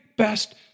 best